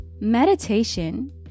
Meditation